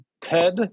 ted